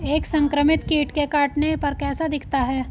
एक संक्रमित कीट के काटने पर कैसा दिखता है?